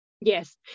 yes